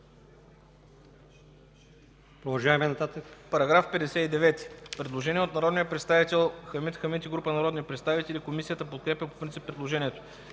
По § 54 има предложение от народния представител Хамид Хамид и група народни представители. Комисията подкрепя по принцип предложението.